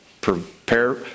prepare